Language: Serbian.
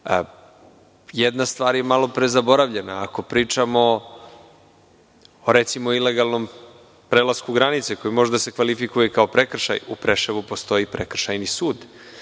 stvar je malopre zaboravljena, ako pričamo o ilegalnom prelasku granice koji može da se kvalifikuje kao prekršaj, u Preševu postoji Prekršajni sud,